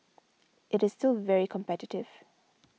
it is still very competitive